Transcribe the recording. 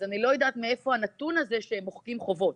אז אני לא יודעת מאיפה הנתון הזה שמוחקים חובות.